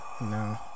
No